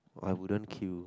I wouldn't queue